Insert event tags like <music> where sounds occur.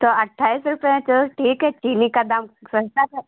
तो अट्ठाईस रुपये हैं चलो ठीक है चीनी का दाम <unintelligible>